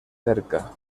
cerca